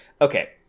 okay